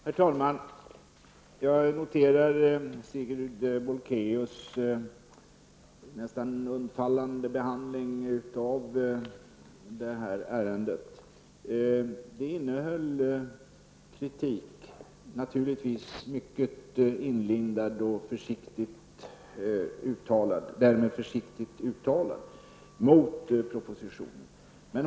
Herr talman! Jag noterar Sigrid Bolkéus nästan undfallande behandling av detta ärende. Hennes anförande innehåll kritik, naturligtvis mycket inlindad och försiktigt uttalad, mot propositionen.